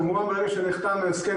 כמובן מרגע שנחתם ההסכם,